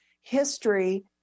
history